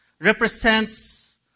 represents